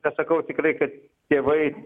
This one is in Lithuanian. bet sakau tikrai kad tėvai